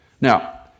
Now